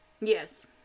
Yes